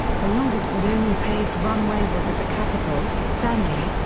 the longest and only paved runway was at the capital, stanley,